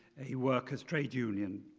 a worker's trade union.